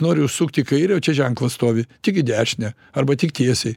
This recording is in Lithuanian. nori užsukt į kairę o čia ženklas stovi tik į dešinę arba tik tiesiai